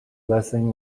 lessing